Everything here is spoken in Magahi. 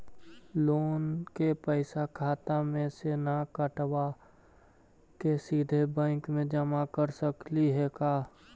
लोन के पैसा खाता मे से न कटवा के सिधे बैंक में जमा कर सकली हे का?